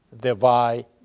thereby